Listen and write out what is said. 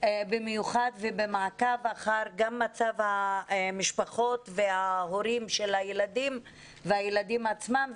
במיוחד ובמעקב אחר מצב המשפחות וההורים של הילדים והילדים עצמם,